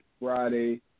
Friday